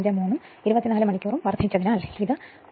153 ഉം 24 മണിക്കൂറും വർദ്ധിച്ചതിനാൽ ഇത് 3